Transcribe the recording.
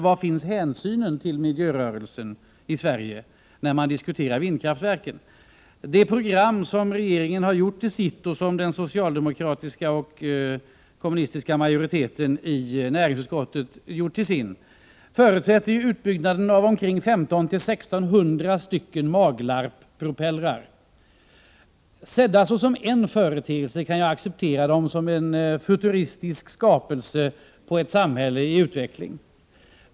Var finns hänsynen till miljörörelsen i Sverige, när man diskuterar vindkraftverk? Det program som regeringen har gjort till sitt och som den socialdemokratiska och kommunistiska majoriteten i näringsutskottet har gjort till sitt förutsätter utbyggnad av omkring 1 500-1 600 Maglarpspropellrar. Sedda såsom en företeelse kan jag acceptera dem såsom en futuristisk skapelse i ett samhälle i utveckling.